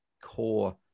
core